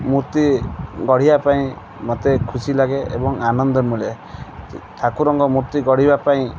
ମୂର୍ତ୍ତି ଗଢ଼ିବା ପାଇଁ ମତେ ଖୁସି ଲାଗେ ଏବଂ ଆନନ୍ଦ ମିଳେ ଠାକୁରଙ୍କ ମୂର୍ତ୍ତି ଗଢ଼ିବା ପାଇଁ